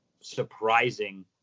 surprising